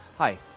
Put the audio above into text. hi,